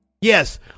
Yes